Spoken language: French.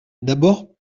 d’abord